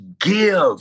give